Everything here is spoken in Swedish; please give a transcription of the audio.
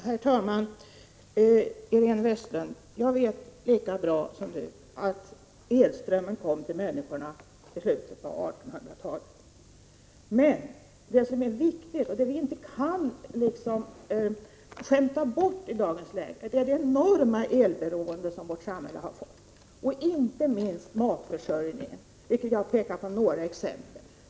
Herr talman! Jag vet lika bra som Iréne Vestlund att elströmmen kom till människorna i slutet på 1800-talet. Men det som är viktigt och det som vi inte kan skämta bort är det enorma elberoende som vårt samhälle har. Ett exempel på det är inte minst matförsörjningen.